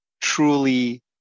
truly